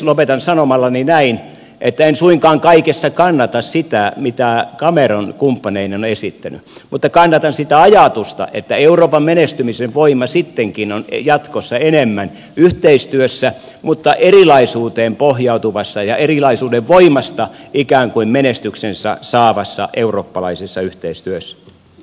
lopetan sanomalla näin että en suinkaan kaikessa kannata sitä mitä cameron kumppaneineen on esittänyt mutta kannatan sitä ajatusta että euroopan menestymisen voima sittenkin on jatkossa enemmän yhteistyössä mutta erilaisuuteen pohjautuvassa ja erilaisuuden voimasta ikään kuin menestyksensä saavassa eurooppalaisessa yhteistyössä